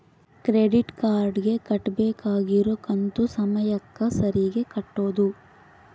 credit card ಗೆ ಕಟ್ಬಕಾಗಿರೋ ಕಂತು ಸಮಯಕ್ಕ ಸರೀಗೆ ಕಟೋದು